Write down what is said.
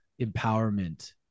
empowerment